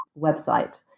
website